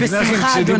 בשמחה, אדוני.